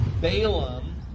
Balaam